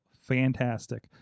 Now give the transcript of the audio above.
fantastic